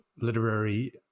literary